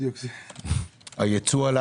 הייצוא עלה